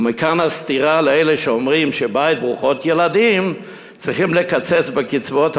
ומכאן הסתירה לאלה שאומרים שלבית של ברוכות ילדים צריכים לקצץ בקצבאות,